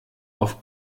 auf